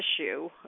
issue